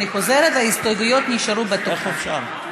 אני חוזרת: ההסתייגויות נשארו בתוקף, איך אפשר?